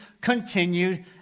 continued